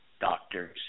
doctors